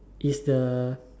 is the